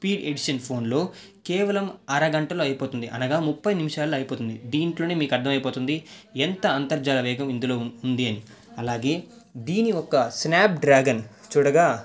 P ఎడిసెన్ ఫోన్లో కేవలం అరగంటలో అయిపోతుంది అనగా ముప్పై నిమిషాల్లో అయిపోతుంది దీంట్లోనే మీకు అర్థమైపోతుంది ఎంత అంతర్జాల వేగం ఇందులో ఉంటుంది అని అలాగే దీని ఒక్క స్నాప్డ్రాగన్ చూడగా